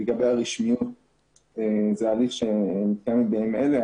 לגבי הרשמיות זה הליך שמתקיים בימים אלה.